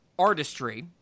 artistry